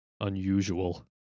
unusual